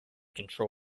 control